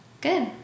Good